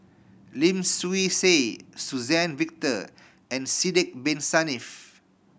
Lim Swee Say Suzann Victor and Sidek Bin Saniff